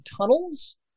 tunnels